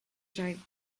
zijn